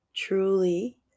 truly